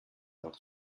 auch